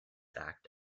act